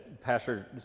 Pastor